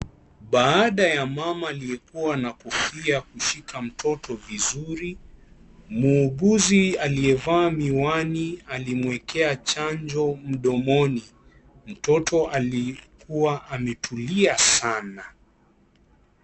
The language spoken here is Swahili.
Baada ya mama aliyekuwa na kofia kushika mtoto vizuri, muuguzi aliyevaa miwani alimwekea chanjo mdomoni, mtoto alikuwa ametulia sana.